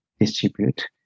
distribute